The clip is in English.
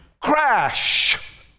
crash